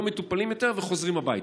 לא מטופלים יותר וחוזרים הביתה.